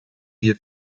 wir